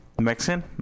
Mexican